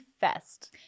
Fest